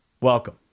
Welcome